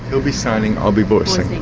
he'll be signing, i'll be voicing.